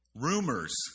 Rumors